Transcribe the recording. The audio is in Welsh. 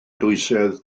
dwysedd